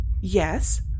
Yes